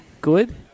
good